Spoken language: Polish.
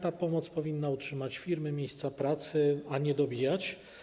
Ta pomoc powinna utrzymać firmy, miejsca pracy, a nie je dobijać.